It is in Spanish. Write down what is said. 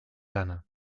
lana